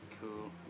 Cool